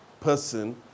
person